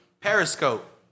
Periscope